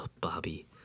Bobby